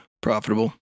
profitable